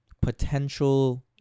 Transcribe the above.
potential